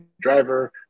driver